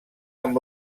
amb